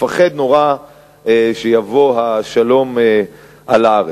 מפחד נורא שיבוא שלום על הארץ.